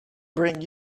bring